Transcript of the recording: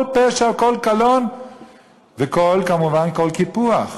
לפעמים אתם מוכנים